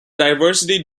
diversity